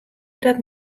dat